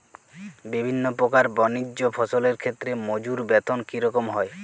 বিভিন্ন প্রকার বানিজ্য ফসলের ক্ষেত্রে মজুর বেতন কী রকম হয়?